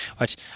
watch